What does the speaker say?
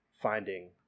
finding